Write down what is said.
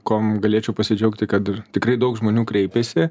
kuom galėčiau pasidžiaugti kad tikrai daug žmonių kreipiasi